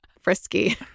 frisky